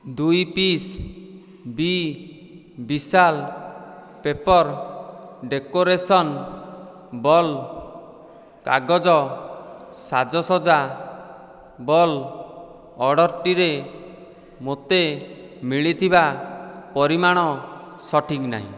ଦୁଇ ପିସ୍ ବି ବିଶାଲ ପେପର୍ ଡେକୋରେସନ୍ ବଲ୍ କାଗଜ ସାଜସଜ୍ଜା ବଲ୍ ଅର୍ଡ଼ର୍ଟିରେ ମୋତେ ମିଳିଥିବା ପରିମାଣ ସଠିକ୍ ନାହିଁ